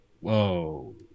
Whoa